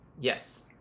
Yes